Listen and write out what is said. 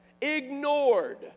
ignored